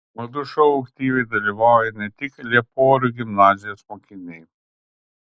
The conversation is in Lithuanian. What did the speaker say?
madų šou aktyviai dalyvauja ne tik lieporių gimnazijos mokiniai